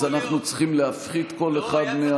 אז אנחנו צריכים להפחית קול אחד,